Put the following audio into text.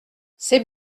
c’est